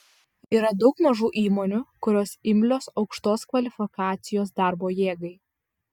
yra daug mažų įmonių kurios imlios aukštos kvalifikacijos darbo jėgai